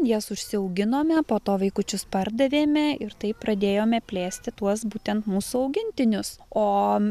jas užsiauginome po to vaikučius pardavėme ir tai pradėjome plėsti tuos būtent mūsų augintinius o